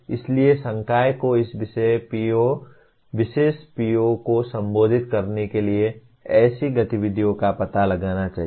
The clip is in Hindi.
इसलिए संकाय को इस विशेष PO को संबोधित करने के लिए ऐसी गतिविधियों का पता लगाना चाहिए